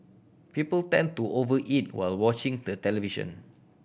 people tend to over eat while watching the television